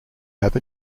have